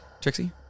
Trixie